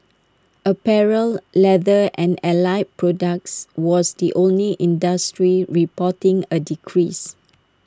apparel leather and allied products was the only industry reporting A decrease